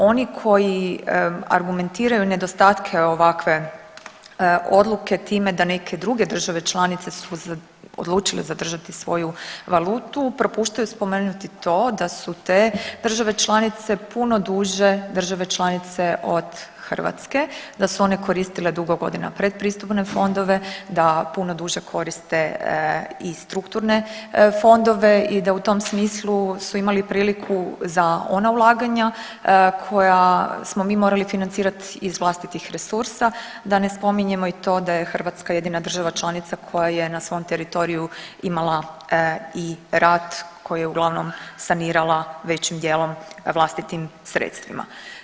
Oni koji argumentiraju nedostatke ovakve odluke time da neke druge države članice su odlučile zadržati svoju valutu propuštaju spomenuti to da su te države članice puno duže države članice od Hrvatske, da su one koristile dugo godina pretpristupne fondove, da puno duže koriste i strukturne fondove i da u tom smislu su imali priliku za ona ulaganja koja smo mi morali financirati iz vlastitih resursa, da ne spominjemo i to da je Hrvatska jedina država članica koja je na svom teritoriju imala i rat koji je uglavnom sanirala većim dijelom vlastitim sredstvima.